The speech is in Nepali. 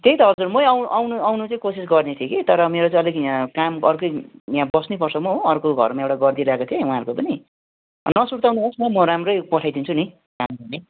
त्यही त हजुर म आउ आउनु आउनु चाहिँ कोसिस गर्ने थिएँ कि तर मेरो चाहिँ अलिक यहाँ काम अर्कै यहाँ बस्नै पर्छ म हो अर्को घरमा एउटा गरिदिरहेको थिएँ उहाँहरूको पनि नसुर्ताउनु होस् न म राम्रै पठाइदिन्छु नि